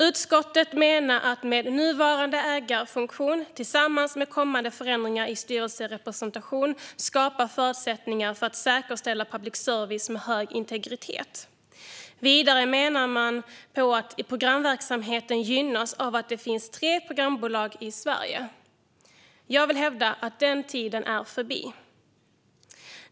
Utskottet menar att "nuvarande ägarfunktion tillsammans med kommande förändringar i styrelserepresentationen skapar förutsättningar för att säkerställa public service med hög integritet". Vidare menar man att "programverksamheten gynnas av att det finns tre programföretag i Sverige". Jag vill hävda att den tiden är förbi.